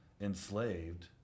enslaved